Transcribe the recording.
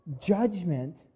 Judgment